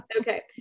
Okay